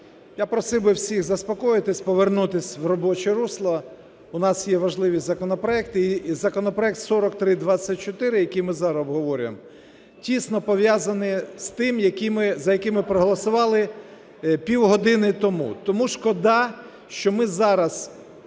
Я просив би всіх заспокоїтися, повернутися в робоче русло, у нас є важливі законопроекти. І законопроект 4324, який ми зараз обговорюємо, тісно пов'язаний з тим, за який ми проголосували пів години тому. Тому шкода, що ми зараз